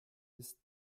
ist